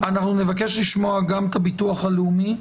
ונבקש לשמוע גם את הביטוח הלאומי,